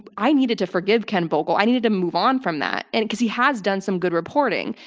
i needed to forgive ken vogel. i needed to move on from that, and because he has done some good reporting.